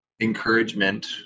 encouragement